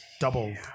double